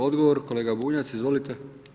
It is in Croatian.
Odgovor kolega Bunjac, izvolite.